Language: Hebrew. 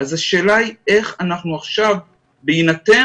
השאלה היא איך אנחנו עכשיו בהינתן